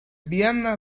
vienna